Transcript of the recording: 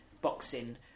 boxing